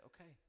okay